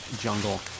jungle